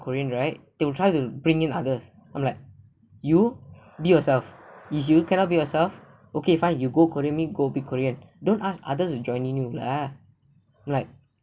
korean right they will try to bring in others I'm like you be yourself if you cannot be yourself okay fine you go korea mean go be korean don't ask others to join in you lah like